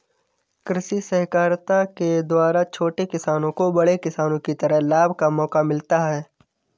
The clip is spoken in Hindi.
कृषि सहकारिता के द्वारा छोटे किसानों को बड़े किसानों की तरह लाभ का मौका मिलता है